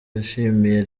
yashimiye